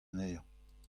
anezhañ